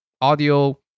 audio